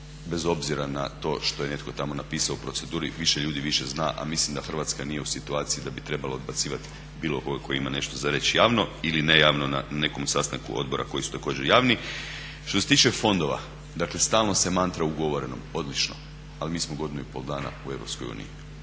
bez obzira na to što je netko tamo napisao u proceduri više ljudi, više zna. A mislim da Hrvatska nije u situaciji da bi trebala odbacivati bilo koga tko ima nešto za reći javno ili nejavno na nekom sastanku odbora koji su također javni. Što se tiče fondova, dakle stalno se mantra ugovorenom. Odlično, ali mi smo godinu i pol dana u Europskoj uniji.